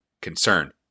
concern